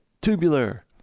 tubular